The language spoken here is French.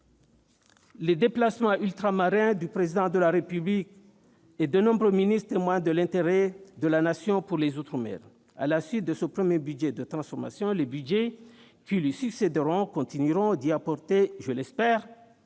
Les déplacements ultramarins du Président de la République et de nombreux ministres témoignent de l'intérêt de la Nation pour les outre-mer. À la suite de ce premier budget de transformation, les budgets qui lui succéderont continueront d'y apporter, je l'espère-